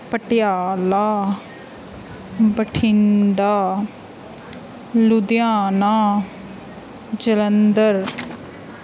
Patiala Bathinda Ludhiana Jalandhar